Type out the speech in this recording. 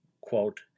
quote